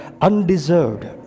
undeserved